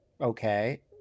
Okay